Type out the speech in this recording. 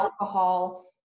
alcohol